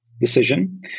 decision